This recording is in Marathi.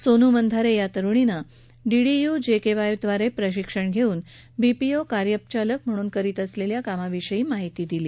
सोनू मंधारे या तरुणीने डीडीयु जेकेवाय द्वारे प्रशिक्षण घेऊन बीपीओ कार्यपालक म्हणून करीत असलेल्या कामाविषयी माहिती दिली